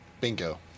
Bingo